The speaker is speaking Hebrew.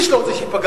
איש לא רוצה שייפגעו,